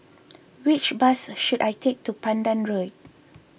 which bus should I take to Pandan Road